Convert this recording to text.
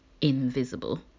invisible